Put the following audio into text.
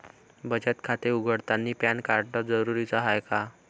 बचत खाते उघडतानी पॅन कार्ड जरुरीच हाय का?